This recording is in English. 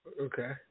Okay